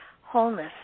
Wholeness